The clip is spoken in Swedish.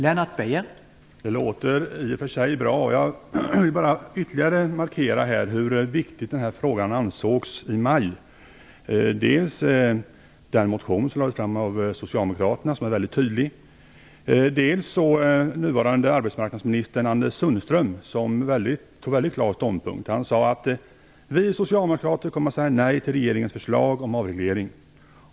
Herr talman! Det låter i och för sig bra. Men jag vill bara ytterligare markera hur viktig denna fråga ansågs i maj. Dels var den motion som lades fram av socialdemokraterna väldigt tydlig, dels har nuvarande arbetsmarknadsministern, Anders Sundström, tagit klar ståndpunkt. Han sade: Vi socialdemokrater kommer att säga nej till regeringens förslag om avreglering.